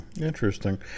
interesting